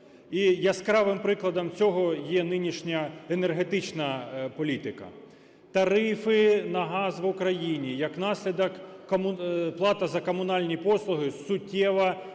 і яскравим прикладом цього є нинішня енергетична політика. Тарифи на газ в Україні, як наслідок, плата за комунальні послуги суттєво